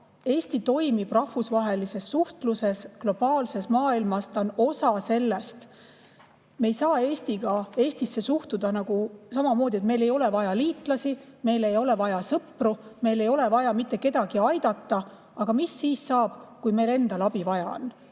Eesti toimib rahvusvahelises suhtluses, globaalses maailmas, ta on osa sellest. Me ei saa Eestisse suhtuda samamoodi, et meil ei ole vaja liitlasi, meil ei ole vaja sõpru, meil ei ole vaja mitte kedagi aidata. Aga mis siis saab, kui meil endal abi vaja on?